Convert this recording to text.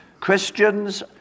Christians